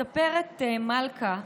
מספרת מלכה,